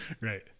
Right